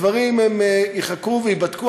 הדברים ייחקרו וייבדקו.